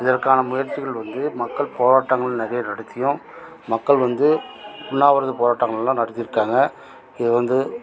இதற்கான முயற்சிகள் வந்து மக்கள் போராட்டங்கள் நிறைய நடத்தியும் மக்கள் வந்து உண்ணாவிரத போராட்டங்கள்லாம் நடத்தியிருக்காங்க இது வந்து